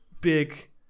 big